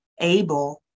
able